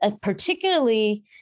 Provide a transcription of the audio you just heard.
particularly